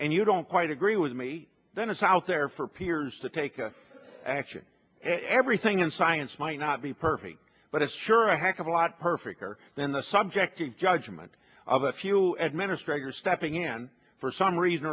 and you don't quite agree with me then it's out there for peers to take action everything in science might not be perfect but it's sure a heck of a lot perfect for then the subjective judgment of a few administrators stepping in for some reason